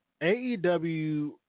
AEW